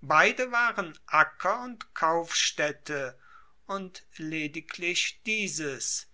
beide waren acker und kaufstaedte und lediglich dieses